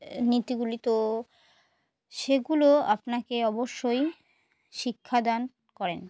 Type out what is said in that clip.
নীতিগুলি তো সেগুলো আপনাকে অবশ্যই শিক্ষাদান করেন